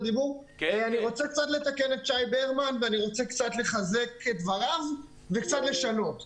אני רוצה קצת לחזק את שי ברמן וגם להוסיף עליו ואף לשנות מעט.